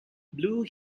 blue